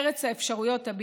ארץ האפשרויות הבלתי-מוגבלות.